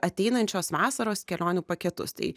ateinančios vasaros kelionių paketus tai